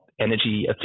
energy